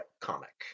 comic